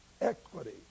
equity